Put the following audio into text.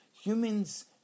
Humans